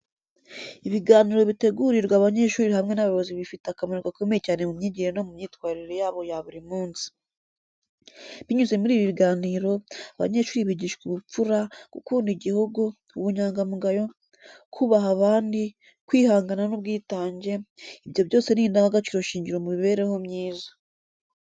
Ibiganiro bitegurirwa abanyeshuri hamwe n’abayobozi bifite akamaro gakomeye cyane mu myigire no mu myitwarire yabo ya buri munsi. Binyuze muri ibi biganiro, abanyeshuri bigishwa ubupfura, gukunda igihugu, ubunyangamugayo, kubaha abandi, kwihangana n’ubwitange, ibyo byose ni indangagaciro shingiro mu mibereho myiza.